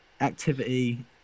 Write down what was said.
activity